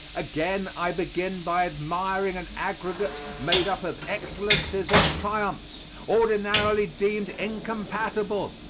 again i begin by admiring an aggregate made up of excellences and triumphs, ordinarily deemed incompatible.